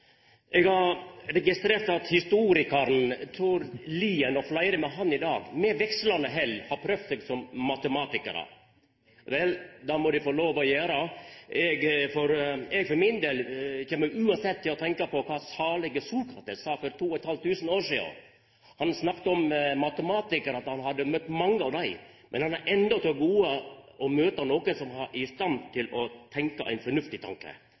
Eg har registrert at historikaren Tord Lien og fleire med han i dag, med vekslande hell, har prøvd seg som matematikarar. Vel, det må dei få lov til å gjera. Eg for min del kjem uansett til å tenkja på kva salige Sokrates sa for 2 500 år sidan. Han snakka om matematikarar, og at han hadde møtt mange av dei, men han hadde enno til gode å møta nokon som var i stand til å tenkja ein fornuftig tanke.